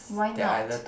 why not